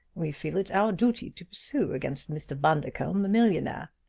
we feel it our duty to pursue against mr. bundercombe, the millionaire.